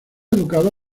educado